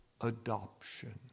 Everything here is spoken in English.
adoption